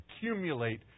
accumulate